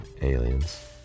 Aliens